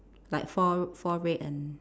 like four four red and